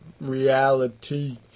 reality